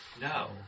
No